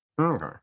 Okay